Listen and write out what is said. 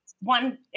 One